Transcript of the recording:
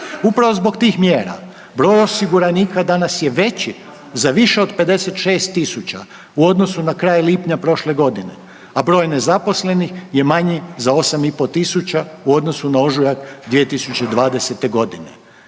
Upravo zbog tih mjera broj osiguranika danas je veći za više od 56.000 u odnosu na kraj lipnja prošle godine, a broj nezaposlenih je manji za 8.500 u odnosu na ožujak 2020.g.